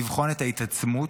לבחון את ההתעצמות,